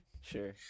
Sure